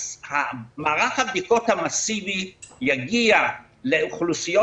מערך הבדיקות המסיבי יגיע לאוכלוסיות